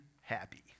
happy